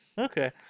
Okay